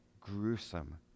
gruesome